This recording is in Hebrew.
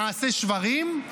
נעשה שברים,